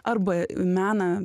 arba į meną